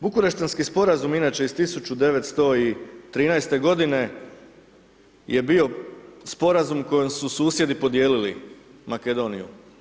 Bukureštanski sporazum inače iz 1913. godine je bio sporazum kojim su susjedi podijelili Makedoniju.